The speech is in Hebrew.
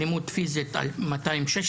אלימות פיסית 216,